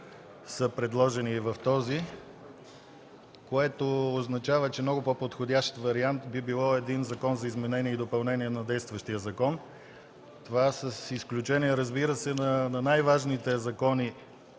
са предложени и в този, което означава, че много по-подходящ вариант би било един закон за изменение и допълнение на действащия закон. Това с изключение, разбира се, на най-важните текстове,